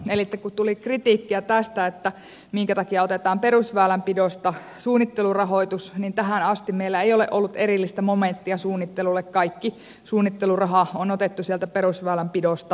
elikkä kun tuli krittiikkiä tästä minkä takia otetaan perusväylänpidosta suunnittelurahoitus niin tähän asti meillä ei ole ollut erillistä momenttia suunnittelulle kaikki suunnitteluraha on otettu sieltä perusväylänpidosta